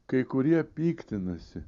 kai kurie piktinasi